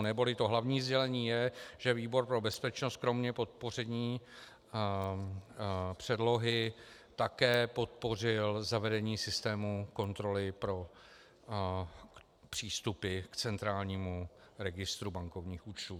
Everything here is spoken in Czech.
Neboli to hlavní sdělení je, že výbor pro bezpečnost kromě podpoření předlohy podpořil také zavedení systému kontroly pro přístupy k centrálnímu registru bankovních účtů.